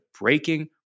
breaking